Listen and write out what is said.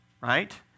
Right